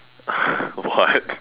what